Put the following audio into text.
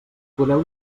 podeu